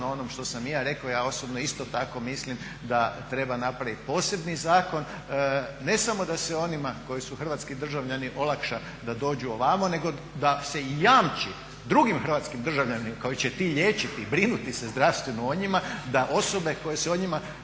onome što sam i ja rekao. Ja osobno isto tako mislim da treba napraviti posebni zakon, ne samo da se onima koji su hrvatski državljani olakša da dođu ovamo nego da se i jamči drugim hrvatskim državljanima koji će ti liječiti, brinuti se zdravstveno o njima da osobe koje se o njima